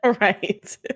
Right